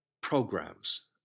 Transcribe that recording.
programs